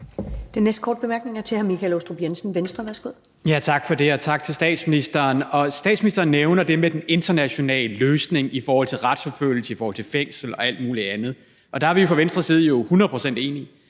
Den næste korte bemærkning er til hr. Michael Aastrup Jensen, Venstre. Værsgo. Kl. 13:11 Michael Aastrup Jensen (V): Tak for det, og tak til statsministeren. Statsministeren nævner det med den internationale løsning i forhold til retsforfølgelse og fængsel og alt mulig andet. Der er vi fra Venstres side jo hundrede